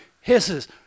hisses